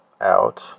out